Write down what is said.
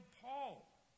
Paul